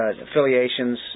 affiliations